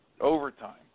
overtime